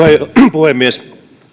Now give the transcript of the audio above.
puhemies